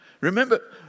Remember